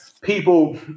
people